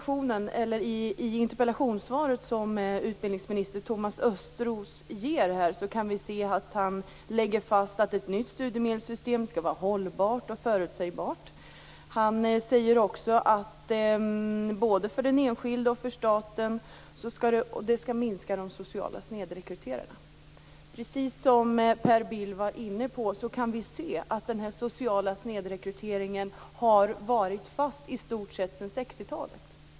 Thomas Östros ger kan vi se att han lägger fast att ett nytt studiemedelssystem skall vara hållbart och förutsägbart. Han säger också att det skall minska den sociala snedrekryteringen. Per Bill var inne på att den sociala snedrekryteringen har legat fast i stort sett sedan 60-talet.